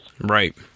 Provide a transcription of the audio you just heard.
Right